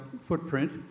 footprint